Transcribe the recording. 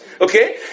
Okay